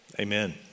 amen